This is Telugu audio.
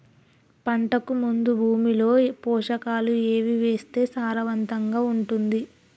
పంటకు ముందు భూమిలో పోషకాలు ఏవి వేస్తే సారవంతంగా ఉంటది?